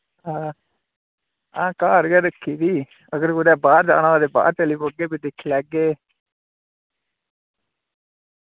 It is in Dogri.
हां हां घर गै रक्खी दी अगर कुतै बाह्र जाना हो ते बाह्र चली पौगे फ्ही दिक्खी लैगे